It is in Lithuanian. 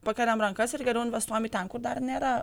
pakeliam rankas ir geriau investuojam į ten kur dar nėra